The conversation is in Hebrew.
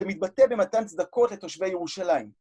ומתבטא במתן צדקות לתושבי ירושלים.